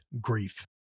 grief